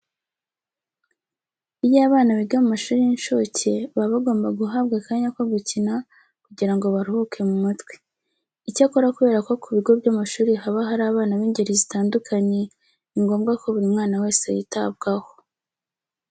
Iyo abana biga mu mashuri y'incuke baba bagomba guhabwa akanya ko gukina kugira ngo baruhuke mu mutwe. Icyakora kubera ko ku bigo by'amashuri haba hari abana b'ingeri zitandukanye, ni ngombwa ko buri mwana wese yitabwaho.